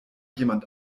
jemand